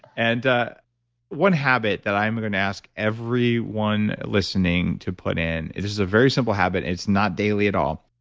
and ah one habit that i am going to ask every one listening to put in, this is a very simple habit, it's not daily at all.